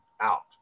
out